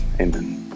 Amen